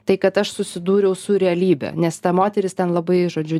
tai kad aš susidūriau su realybe nes ta moteris ten labai žodžiu